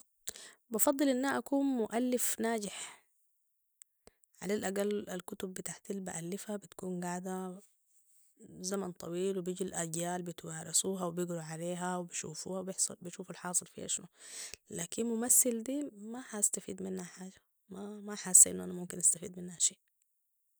بفضل أني أكون مؤلف ناجح على الأقل الكتب بتاعتي البالفها بتكون قاعده زمن طويل وبيجوالأجيال بتوارثوها ويقروا عليها وبيشوفوها وبيشوفو الحاصل عليها شنو لكن ممثل دي ما حأستفيد منها حاجه ما حاسه انو انا ممكن أستفيد منها شي